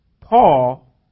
Paul